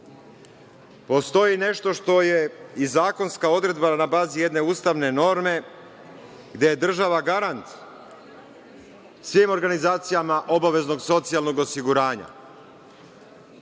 Postoji nešto što je i zakonska odredba na bazi jedne ustavne norme gde je država garant svim organizacijama obaveznog socijalnog osiguranja.